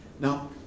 Now